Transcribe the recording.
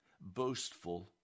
boastful